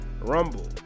Rumble